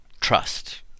trust